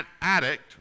addict